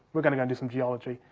we'll go and do some geology.